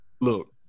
look